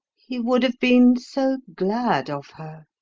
he would have been so glad of her.